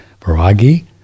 viragi